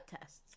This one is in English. tests